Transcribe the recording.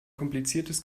kompliziertes